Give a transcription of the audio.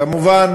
כמובן,